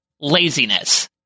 laziness